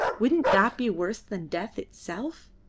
wouldn't that be worse than death itself?